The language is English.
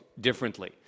differently